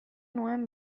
nuen